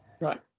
right